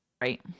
Right